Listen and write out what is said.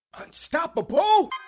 Unstoppable